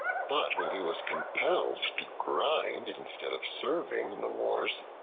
but when he was compelled to grind instead of serving in the wars,